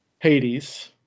Hades